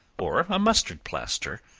or a mustard plaster,